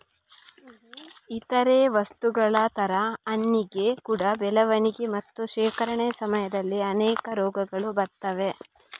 ಇತರೇ ವಸ್ತುಗಳ ತರ ಹಣ್ಣಿಗೆ ಕೂಡಾ ಬೆಳವಣಿಗೆ ಮತ್ತೆ ಶೇಖರಣೆ ಸಮಯದಲ್ಲಿ ಅನೇಕ ರೋಗಗಳು ಬರ್ತವೆ